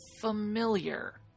familiar